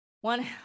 one